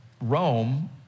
Rome